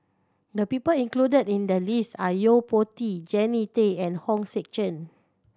the people included in the list are Yo Po Tee Jannie Tay and Hong Sek Chern